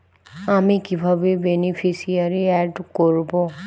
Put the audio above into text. আমি কিভাবে beneficiary add করব?